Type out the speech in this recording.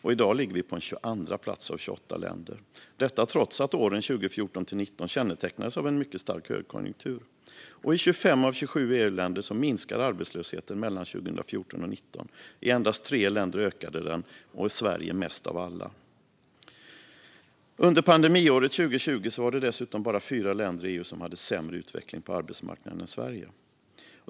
I dag ligger vi på 22:a plats av 28 länder, detta trots att åren 2014-2019 kännetecknades av en mycket stark högkonjunktur. I 25 av 27 EU-länder minskade arbetslösheten mellan 2014 och 2019. I endast tre länder ökade den, och i Sverige mest av alla. Under pandemiåret 2020 var det dessutom bara fyra länder i EU som hade en sämre utveckling på arbetsmarknaden än Sverige.